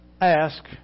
ask